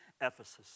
Ephesus